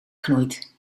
knoeit